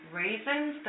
reasons